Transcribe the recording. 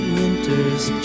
winter's